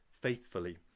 faithfully